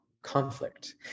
conflict